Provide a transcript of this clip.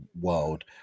world